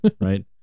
right